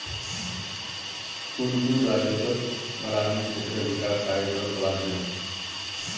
कुन कुन राज्यतत बारानी क्षेत्र विकास कार्यक्रम चला छेक